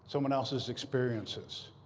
someone else's experiences.